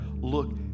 Look